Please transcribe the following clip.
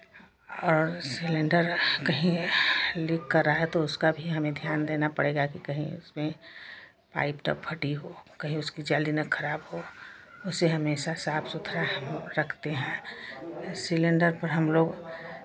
और सिलेण्डर कहीं लीक कर रहा है तो उसका भी हमें ध्यान देना पड़ेगा की कहीं उसमें पाइप तक फटी हो कहीं उसकी जाली ना खराब हो उसे हमेशा साफ सुथरा हमलोग रखते हैं सिलेण्डर पर हमलोग